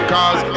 Cause